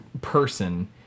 person